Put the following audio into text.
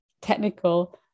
technical